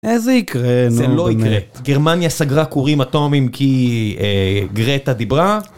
איזה יקרה, זה לא יקרה. גרמניה סגרה כורים אטומים כי גרטה דיברה?